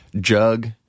jug